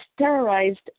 terrorized